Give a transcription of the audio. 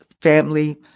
family